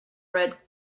red